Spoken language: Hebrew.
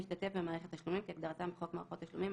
"משתתף" ו-"מערכת תשלומים" - כהגדרתם בחוק מערכות תשלומים,